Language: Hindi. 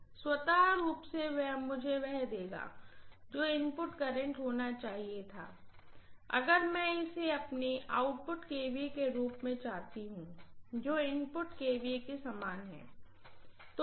स्वतः रूप से मुझे वह दे देगा जो इनपुट करंट होना चाहिए था अगर मैं इसे अपने आउटपुट kVA के रूप में चाहती हूं जो इनपुट kVA के समान है